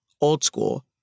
old-school